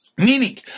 Meaning